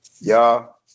Y'all